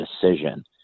decision